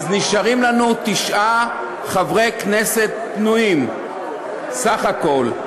אז נשארים לנו תשעה חברי כנסת פנויים סך הכול.